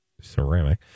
ceramic